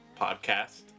podcast